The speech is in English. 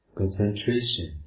concentration